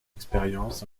expérience